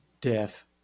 death